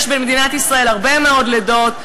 יש במדינת ישראל הרבה מאוד לידות,